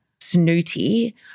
snooty